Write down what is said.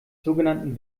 sogenannten